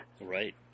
Right